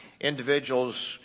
individuals